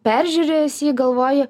peržiūrėjęs jį galvoji